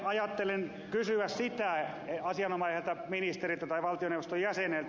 ajattelen kysyä asianomaiselta ministeriltä tai valtioneuvoston jäseneltä